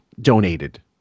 donated